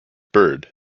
bird